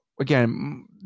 again